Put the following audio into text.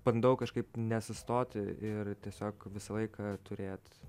bandau kažkaip nesustoti ir tiesiog visą laiką turėt